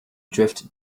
drift